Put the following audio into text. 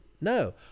No